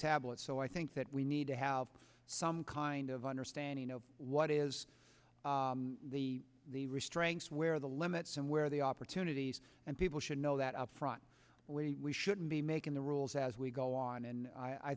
tablets so i think that we need to have some kind of understanding of what is the the restraints where the limits and where the opportunities and people should know that up front we shouldn't be making the rules as we go on and i